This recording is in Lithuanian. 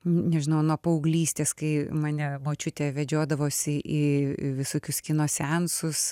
nežinau nuo paauglystės kai mane močiutė vedžiodavosi į visokius kino seansus